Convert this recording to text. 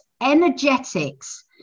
energetics